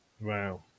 Wow